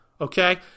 okay